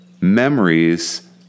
memories